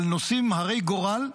על נושאים הרי גורל,